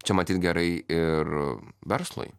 čia matyt gerai ir verslui